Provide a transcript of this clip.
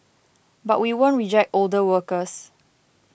but we won't reject older workers